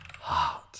heart